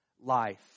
life